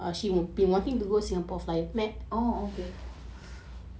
oh okay